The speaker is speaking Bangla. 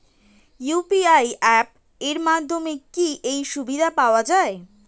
ইউ.পি.আই অ্যাপ এর মাধ্যমে কি কি সুবিধা পাওয়া যায়?